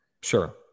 sure